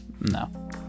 No